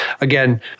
Again